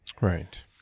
Right